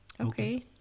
Okay